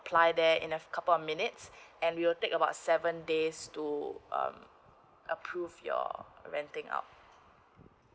to apply there in a couple of minutes and we will take about seven days to uh approve you're renting out